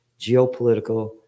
geopolitical